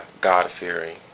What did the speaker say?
God-fearing